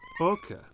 Okay